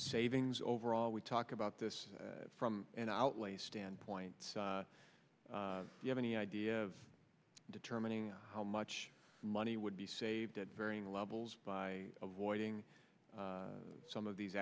savings overall we talk about this from an outlay standpoint you have any idea of determining how much money would be saved at varying levels by avoiding some of these